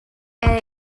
and